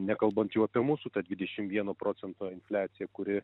nekalbant jau apie mūsų dvidešim vieno procento infliaciją kuri